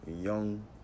young